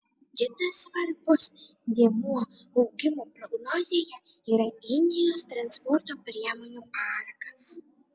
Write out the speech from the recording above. kitas svarbus dėmuo augimo prognozėje yra indijos transporto priemonių parkas